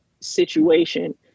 situation